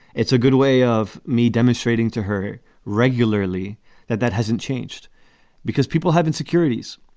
it's a good way of me demonstrating to her regularly that that hasn't changed because people have insecurities.